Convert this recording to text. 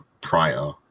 prior